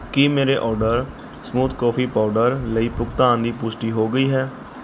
ਕੀ ਮੇਰੇ order smooth coffee powder ਲਈ ਭੁਗਤਾਨ ਦੀ ਪੁਸ਼ਟੀ ਹੋ ਗਈ ਹੈ